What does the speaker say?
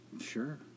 Sure